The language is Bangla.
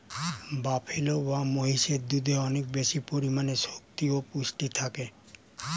বাফেলো বা মহিষের দুধে অনেক বেশি পরিমাণে শক্তি ও পুষ্টি থাকে